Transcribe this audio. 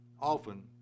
often